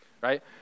right